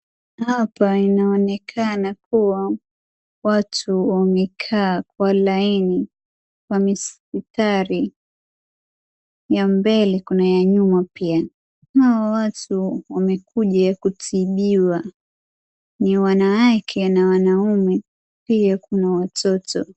Hapa inaonekana kuwa watu wamekaa kwa laini. Wame mistari ya mbele, kuna ya nyuma pia. Hawa watu wamekuja kutibiwa. Ni wanawake na wanaume, pia kuna watoto.